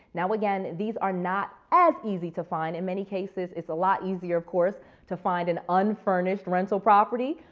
now, again, these are not as easy to find. in many cases, it's a lot easier of course to find an unfurnished rental property.